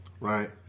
Right